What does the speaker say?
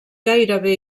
gairebé